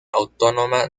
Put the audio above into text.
autónoma